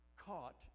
caught